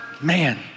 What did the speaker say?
man